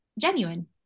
genuine